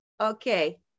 okay